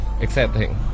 accepting